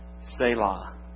Selah